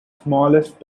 smallest